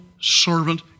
servant